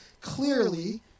clearly